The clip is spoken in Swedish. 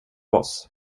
oss